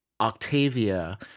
Octavia